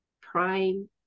prime